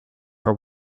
her